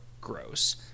gross